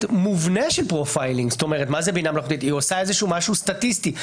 מובנה של פרופיילינג היא עושה משהו סטטיסטי.